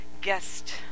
guest